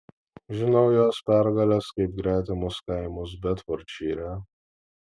žinau jos pergales kaip gretimus kaimus bedfordšyre